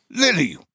Lily